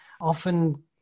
often